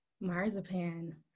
Marzipan